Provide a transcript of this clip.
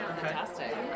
fantastic